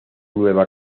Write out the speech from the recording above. nueva